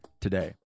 today